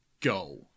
go